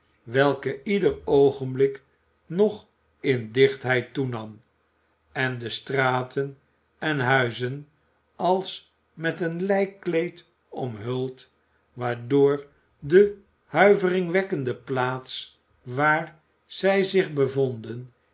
welke ieder oogenblik nog in dichtheid toenam en de straten en huizen als met een lijkkleed omhulde waardoor de huiveringwekkende plaats waar zij zich bevonden